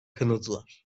kınadılar